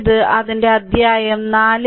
ഇത് അതിന്റെ അധ്യായം 4